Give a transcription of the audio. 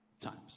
times